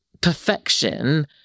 perfection